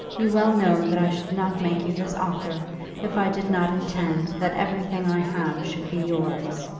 you well know that i should not make you this offer if i did not intend that everything i have should be yours.